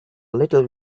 little